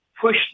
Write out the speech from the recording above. push